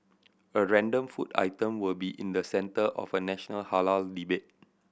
a random food item will be in the centre of a national halal debate